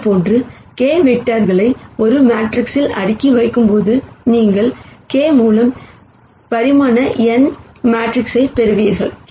இது போன்ற K வெக்டார்களை ஒரு மேட்ரிக்ஸில் அடுக்கி வைக்கும் போது நீங்கள் K மூலம் பரிமாண n இன் மேட்ரிக்ஸைப் பெறுவீர்கள்